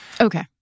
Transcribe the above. Okay